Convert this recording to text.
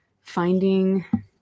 finding